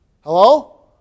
Hello